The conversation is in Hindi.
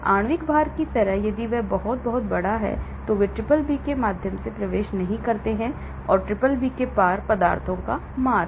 आणविक भार की तरह यदि यह बहुत बहुत बड़ा है तो वे BBB के माध्यम से प्रवेश नहीं करते हैं BBB के पार पदार्थों का मार्ग